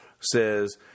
says